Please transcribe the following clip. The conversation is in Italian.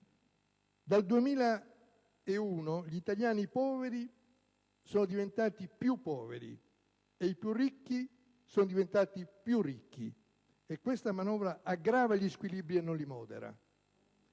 Dal 2001, gli italiani poveri sono diventati più poveri e i più ricchi sono diventati più ricchi, e questa manovra aggrava gli squilibri, non li modera.